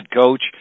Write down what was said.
coach